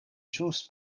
ĵus